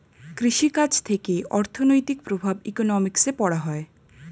কৃষি কাজ থেকে অর্থনৈতিক প্রভাব ইকোনমিক্সে পড়া হয়